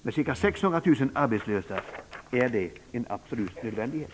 Med ca 600 000 arbetslösa är det en absolut nödvändighet.